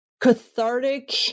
cathartic